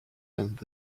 and